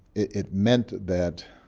it meant that